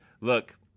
Look